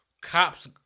cops